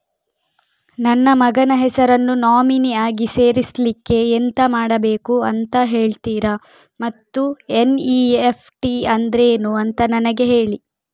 ನನ್ನ ಮಗನ ಹೆಸರನ್ನು ನಾಮಿನಿ ಆಗಿ ಸೇರಿಸ್ಲಿಕ್ಕೆ ಎಂತ ಮಾಡಬೇಕು ಅಂತ ಹೇಳ್ತೀರಾ ಮತ್ತು ಎನ್.ಇ.ಎಫ್.ಟಿ ಅಂದ್ರೇನು ಅಂತ ನನಗೆ ಹೇಳಿ